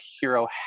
hero